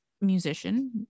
musician